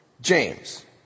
James